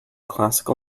classical